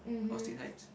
Austin Heights